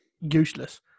useless